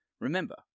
Remember